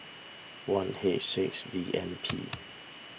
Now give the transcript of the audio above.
one H six V N P